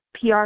PR